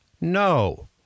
no